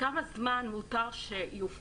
כשרשות שוק